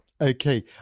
okay